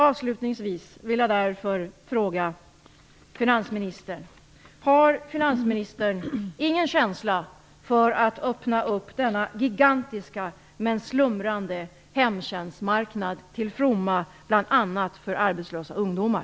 Avslutningsvis vill jag därför fråga finansministern: Har finansministern ingen känsla för att öppna denna gigantiska men slumrande hemtjänstmarknad till fromma bl.a. för arbetslösa ungdomar?